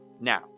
Now